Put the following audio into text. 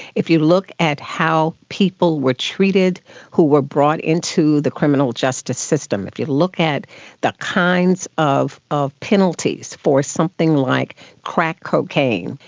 if you look at how people were treated who were brought into the criminal justice system, if you look at the kinds of of penalties for something like crack cocaine,